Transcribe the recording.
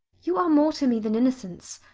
you are more to me than innocence.